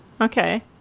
okay